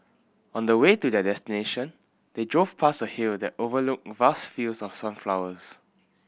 on the way to their destination they drove past a hill that overlooked vast fields of sunflowers